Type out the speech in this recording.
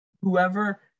whoever